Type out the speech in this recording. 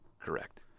correct